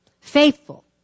Faithful